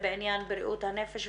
בעניין בריאות הנפש,